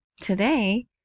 today